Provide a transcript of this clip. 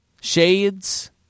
Shades